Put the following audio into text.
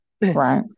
Right